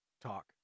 Talk